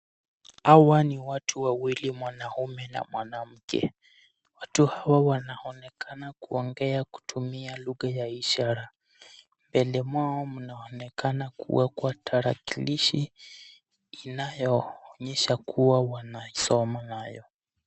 Hawa ni watu wawili mwanaume na mwanamke. Watu hawa wanaoekana kuongea kutumia lugha ya ishara. Mbele mwao mnaonekana kuwa kwa tarakilishi inayoonyesha kuwa wanasoma nayo.